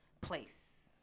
place